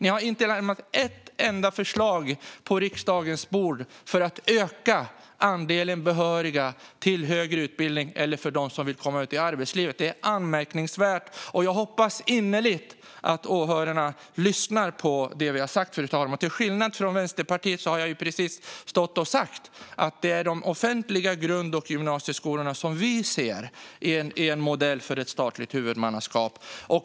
Ni har inte lagt ett enda förslag på riksdagens bord för att öka andelen behöriga till högre utbildning eller för dem som vill komma ut i arbetslivet. Det är anmärkningsvärt. Jag hoppas innerligt att åhörarna lyssnar till det vi har sagt, fru talman. Till skillnad från Vänsterpartiet har jag precis sagt att det är de offentliga grund och gymnasieskolorna som vi ser skulle kunna vara en modell för ett statligt huvudmannaskap.